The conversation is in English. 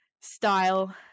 style